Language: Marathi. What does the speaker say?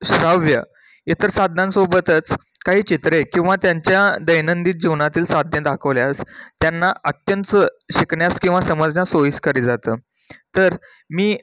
श्राव्य इतर साधनांसोबतच काही चित्रे किंवा त्यांच्या दैनंदिन जीवनातील साधने दाखवल्यास त्यांना अत्यंत शिकण्यास किंवा समजण्यास सोयीस्कर जातं तर मी